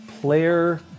player